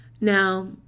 Now